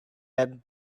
had